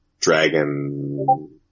dragon